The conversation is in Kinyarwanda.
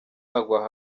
agwa